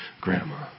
grandma